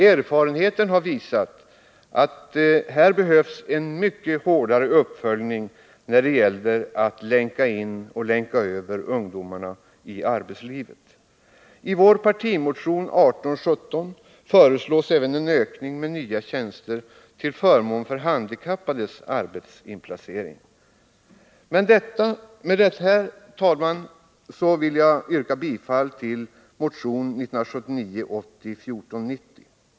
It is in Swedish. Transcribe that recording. Erfarenheten har visat att här behövs en mycket hårdare uppföljning när det gäller att länka in ungdomarna i arbetslivet. I vår partimotion 1817 föreslås även en ökning med nya tjänster till förmån för handikappades arbetsinplacering. Med detta, herr talman, vill jag yrka bifall till motion 1979/80:1490.